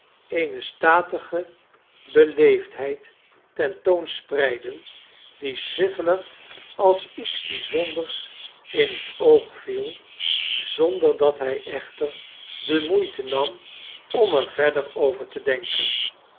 eene statige beleefdheid ten toon spreidden die swiveller als iets bijzonders in het oog viel zonder dat hij echter de moeite nam om er verder over te denken